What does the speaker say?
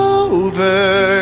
over